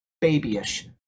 babyish